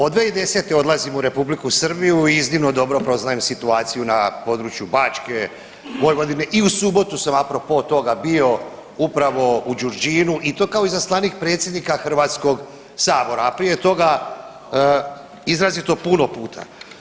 Od 2010. odlazim u Republiku Srbiju i iznimno dobro poznajem situaciju na području Bačke, Vojvodine i u subotu sam apropo toga bio upravo u Đurđinu i to kao izaslanik predsjednika HS, a prije toga izrazito puno puta.